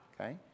Okay